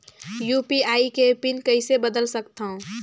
UPI के PIN कइसे बदल सकथव?